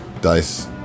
dice